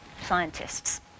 scientists